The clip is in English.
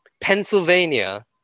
Pennsylvania